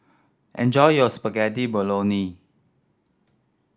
enjoy your Spaghetti Bolognese